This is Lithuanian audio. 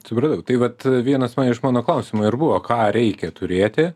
supratau tai vat vienas iš mano klausimų ir buvo ką reikia turėti